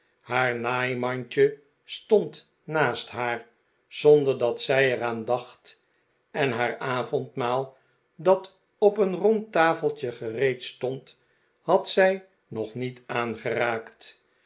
haar naaimandje stond naast haar zonder dat zij er aan dacht en haar avondmdal dat op een rond tafeltje gereed stond had zij nog niet aangeraakt